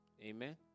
Amen